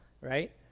Right